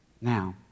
Now